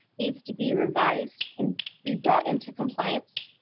needs to be revised and be brought into compliance.